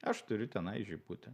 aš turiu tenai žibutę